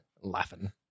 laughing